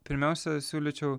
pirmiausia siūlyčiau